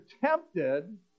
tempted